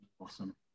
awesome